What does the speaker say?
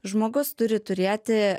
žmogus turi turėti